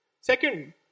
Second